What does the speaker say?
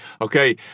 Okay